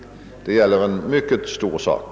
Det gäller en myc: ket stor sak.